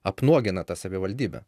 apnuogina tą savivaldybę